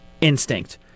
instinct